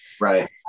right